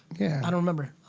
yeah. i don't remember.